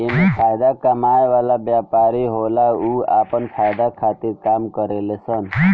एमे फायदा कमाए वाला व्यापारी होला उ आपन फायदा खातिर काम करेले सन